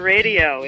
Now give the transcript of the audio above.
Radio